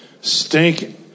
Stinking